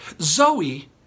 zoe